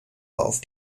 auf